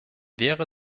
wäre